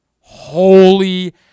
Holy